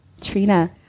Trina